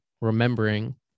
remembering